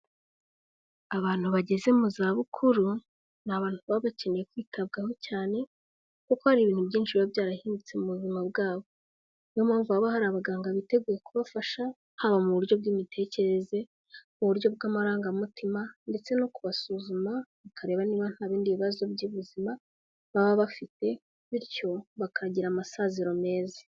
Abantu bageze mu zabukuru ni abantu baba bakeneye kwitabwaho cyane, kuko hari ibintu byinshi biba byarahindutse mu buzima bwabo, niyo mpamvu haba hari abaganga biteguye kubafasha: haba mu buryo bw'imitekerereze, mu buryo bw'amarangamutima, ndetse no kubasuzuma bakareba niba nta bindi bibazo by'ubuzima baba bafite bityo bakagira amasaziro meza.